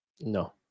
no